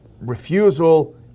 refusal